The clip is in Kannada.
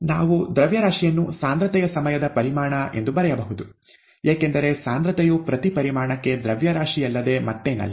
ನಾವು ದ್ರವ್ಯರಾಶಿಯನ್ನು ಸಾಂದ್ರತೆಯ ಸಮಯದ ಪರಿಮಾಣ ಎಂದು ಬರೆಯಬಹುದು ಏಕೆಂದರೆ ಸಾಂದ್ರತೆಯು ಪ್ರತಿ ಪರಿಮಾಣಕ್ಕೆ ದ್ರವ್ಯರಾಶಿಯಲ್ಲದೆ ಮತ್ತೇನಲ್ಲ